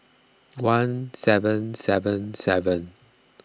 one seven seven seven